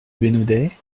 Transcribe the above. bénodet